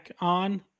on